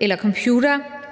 eller computere?